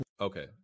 Okay